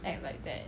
act like that